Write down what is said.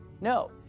No